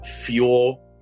fuel